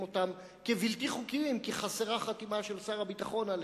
אותם כבלתי חוקיים כי חסרה חתימה של שר הביטחון עליהם,